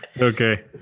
Okay